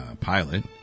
pilot